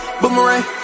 boomerang